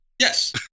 Yes